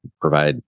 provide